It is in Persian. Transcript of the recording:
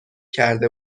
کرده